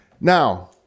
Now